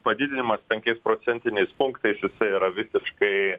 padidinimas penkias procentiniais punktais jisai yra visiškai